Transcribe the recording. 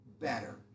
better